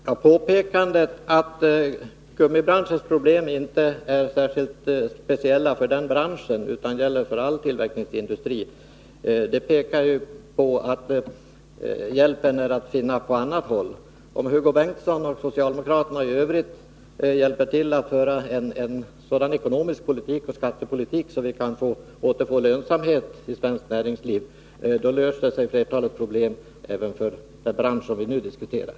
Herr talman! Påpekandet att gummibranschens problem inte är särskilt speciella för denna bransch utan gäller för all tillverkningsindustri tyder ju på att hjälpen är att finna på annat håll. Om Hugo Bengtsson och socialdemokraterna i övrigt hjälper till med att föra en sådan ekonomisk politik och skattepolitik att vi åter kan få lönsamhet i svenskt näringsliv, löser sig flertalet problem även för den bransch som vi nu diskuterar.